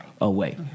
away